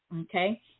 Okay